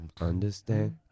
understand